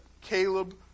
Caleb